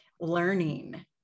learning